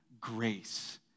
grace